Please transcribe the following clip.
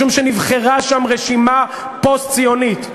משום שנבחרה שם רשימה פוסט-ציונית.